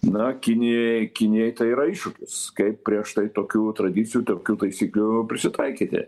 na kinijai kinijai tai yra iššūkis kaip prie štai tokių tradicijų tokių taisyklių prisitaikyti